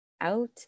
out